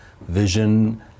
vision